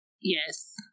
Yes